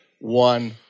One